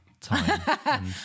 time